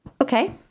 Okay